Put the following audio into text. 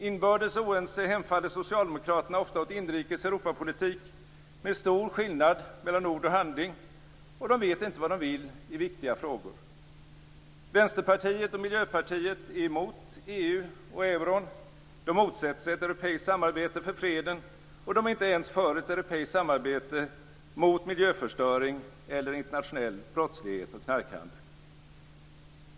Inbördes oense hemfaller socialdemokraterna ofta åt inrikes Europapolitik med stor skillnad mellan ord och handling, och de vet inte vad de vill i viktiga frågor. Vänsterpartiet och Miljöpartiet är emot EU och euron, de motsätter sig ett europeiskt samarbete för freden och de är inte ens för ett europeiskt samarbete mot miljöförstöring eller internationell brottslighet och knarkhandel.